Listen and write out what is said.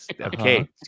okay